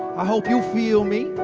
i hope you feel me,